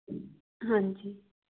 ਹਾਂਜੀ